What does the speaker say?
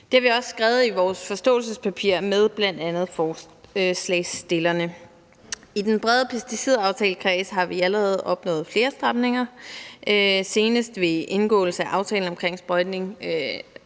Det har vi også skrevet i vores forståelsespapir sammen med bl.a. forslagsstillerne. I den brede pesticidaftalekreds har vi allerede opnået flere stramninger – senest ved indgåelse af aftalen om forbud